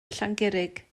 llangurig